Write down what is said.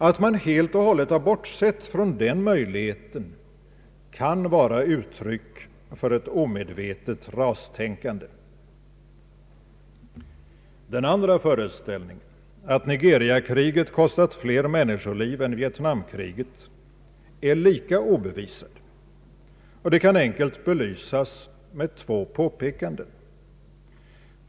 Att man helt bortsett från den möjligheten kan vara uttryck för ett omedvetet rastänkande. Den andra föreställningen, att Nigeriakriget kostat flera människoliv än Vietnamkriget är lika obevisad. Det kan enkelt belysas med två påpekanden.